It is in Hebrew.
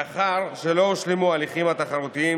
מאחר שלא הושלמו ההליכים התחרותיים